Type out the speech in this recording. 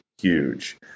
huge